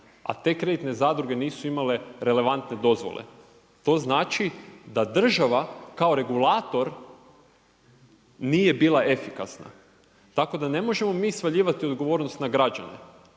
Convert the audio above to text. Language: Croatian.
a te kreditne zadruge nisu imale relevantne dozvole, to znači da država kao regulator nije bila efikasna. Tako da ne možemo mi svaljivati odgovornost na građane.